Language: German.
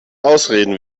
ausreden